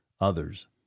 others